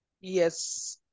Yes